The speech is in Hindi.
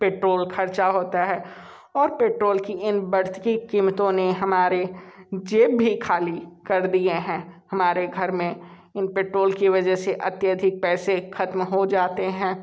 पेट्रोल खर्चा होता है और पेट्रोल की इन बढ़ती कीमतों ने हमारे जेब भी ख़ाली कर दी हैं हमारे घर में इन पेट्रोल की वजह से अत्यधिक पैसे ख़त्म हो जाते हैं